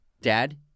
dad